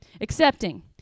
Accepting